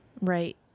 Right